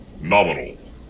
nominal